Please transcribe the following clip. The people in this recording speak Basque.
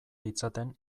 ditzaten